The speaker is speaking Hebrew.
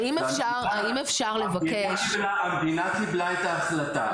האם אפשר לבקש --- המדינה קיבלה את ההחלטה.